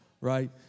right